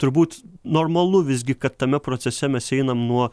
turbūt normalu visgi kad tame procese mes einam nuo